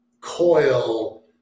coil